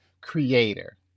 creator